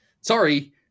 sorry